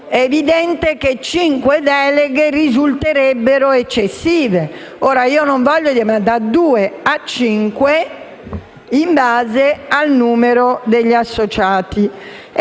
è evidente che cinque deleghe risulterebbero eccessive. Se ne potrebbero dare da due a cinque in base al numero degli associati.